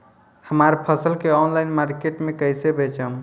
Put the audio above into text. हमार फसल के ऑनलाइन मार्केट मे कैसे बेचम?